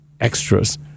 extras